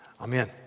Amen